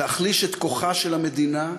להחליש את כוחה של המדינה,